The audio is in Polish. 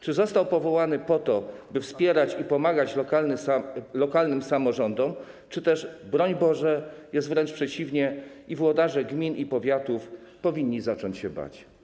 Czy został powołany po to, by wspierać i pomagać lokalnym samorządom, czy też, broń Boże, jest wręcz przeciwnie i włodarze gmin i powiatów powinni zacząć się bać?